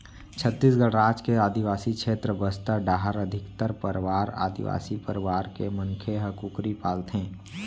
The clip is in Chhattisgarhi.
छत्तीसगढ़ राज के आदिवासी छेत्र बस्तर डाहर अधिकतर परवार आदिवासी परवार के मनखे ह कुकरी पालथें